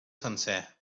sencer